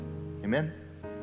Amen